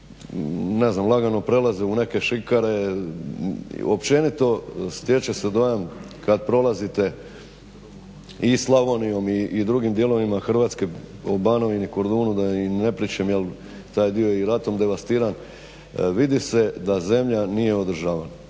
ne znam lagano prelaze u neke šikare, općenito stječe se dojam kad prolazite i Slavonijom i drugim dijelovima Hrvatske, u Banovini, Kordunu da i ne pričam, taj dio je i ratom devastiran vidi se da zemlja nije održavana.